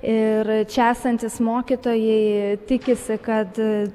ir čia esantys mokytojai tikisi kad